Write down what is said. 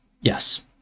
Yes